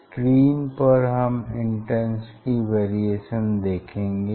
screen पर हम intensity variation देखेंगे